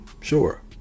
Sure